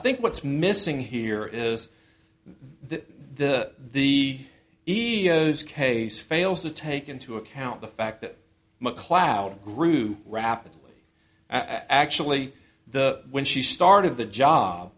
think what's missing here is the the the easy as case fails to take into account the fact that macleod grew rapidly actually the when she started the job